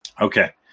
Okay